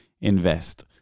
invest